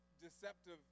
deceptive